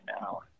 now